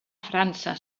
frança